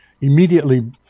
immediately